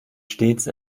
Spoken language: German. stets